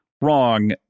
wrong